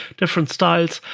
different styles,